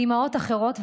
לאימהות אחרות,